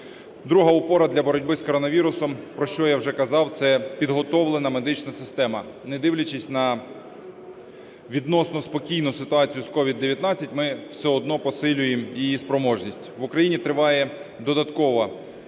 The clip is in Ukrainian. Друга опора для боротьби з коронавірусом, про що я вже казав, – це підготовлена медична система. Не дивлячись на відносно спокійну ситуацію з СOVID-19, ми все одно посилюємо її спроможність. В Україні триває додатково